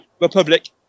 Republic